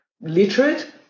literate